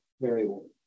variable